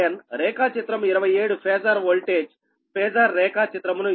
రేఖా చిత్రం 27 phasor voltage phasor రేఖాచిత్ర మును ఇస్తుంది